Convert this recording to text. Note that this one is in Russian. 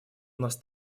нас